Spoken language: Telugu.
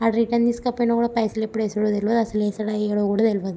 వాడు రిటర్న్ తీసుకుపోయిన కూడా పైసలు ఎప్పుడేస్తడో తెలవదు అస్సలు వేస్తాడో వెయ్యడో కూడా తెలియదు